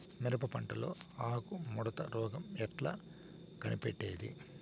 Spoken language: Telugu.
మిరప పంటలో ఆకు ముడత రోగం ఎట్లా కనిపెట్టేది?